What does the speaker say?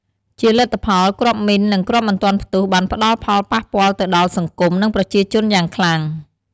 ជាលទ្ធផល គ្រាប់មីន និងគ្រាប់មិនទាន់ផ្ទុះ បានផ្តល់ផលប៉ះពាល់ទៅដល់ សង្គម និងប្រជាជនយ៉ាងខ្លាំង។